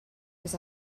was